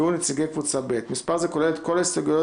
נציגי קבוצה ב' (מספר זה כולל את כל ההסתייגויות,